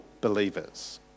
believers